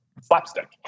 slapstick